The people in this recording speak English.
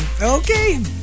okay